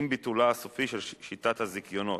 עם ביטולה הסופי של שיטת הזיכיונות,